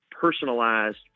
personalized